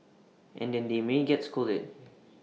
and then they may get scolded